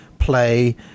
Play